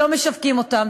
שלא משווקים אותה.